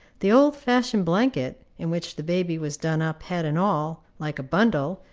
the old-fashioned blanket, in which the baby was done up head and all, like a bundle,